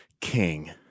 king